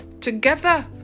together